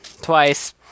twice